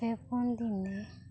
ᱯᱮ ᱯᱩᱱ ᱫᱤᱱ ᱮ